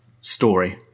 story